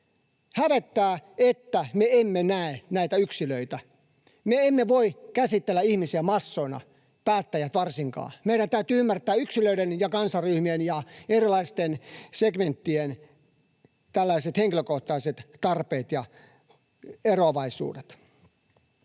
Hävettää, että me emme näe näitä yksilöitä. Me emme voi käsitellä ihmisiä massoina — päättäjät varsinkaan. Meidän täytyy ymmärtää yksilöiden ja kansanryhmien ja erilaisten segmenttien henkilökohtaiset tarpeet ja eroavaisuudet.